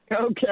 Okay